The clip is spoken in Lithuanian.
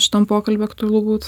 šitam pokalby aktualu būt